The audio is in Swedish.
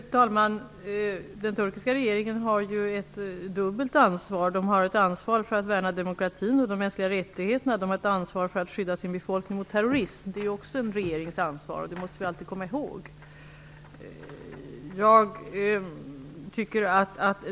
Fru talman! Den turkiska regeringen har ett dubbelt ansvar. Den har ett ansvar för att värna demokratin och de mänskliga rättigheterna. Den har ett ansvar för att skydda sin befolkning mot terrorism. Det är också en regerings ansvar. Det måste vi alltid komma ihåg.